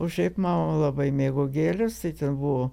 o šiaip mano mama labai mėgo gėles tai ten buvo